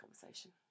conversation